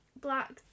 black